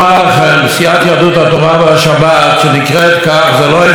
זו לא איזו קלישאה נבובה אלא היא אוצרת